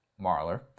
Marler